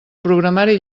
programari